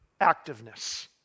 activeness